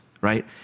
right